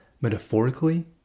Metaphorically